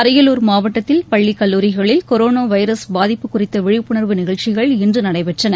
அரியலூர் மாவட்டத்தில் பள்ளி கல்லூரிகளில் கொரோனா வைரஸ் பாதிப்பு குறித்த விழிப்புணர்வு நிகழ்ச்சிகள் இன்று நடைபெற்றன